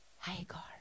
Hagar